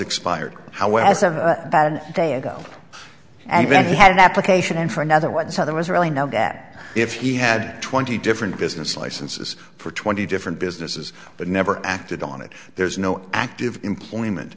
expired how else are they a go and then he had an application in for another one so there was really no gap if he had twenty different business licenses for twenty different businesses but never acted on it there's no active employment